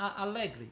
Allegri